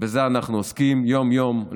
ובזה אנחנו עוסקים יום-יום,